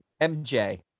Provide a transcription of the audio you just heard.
MJ